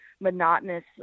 monotonous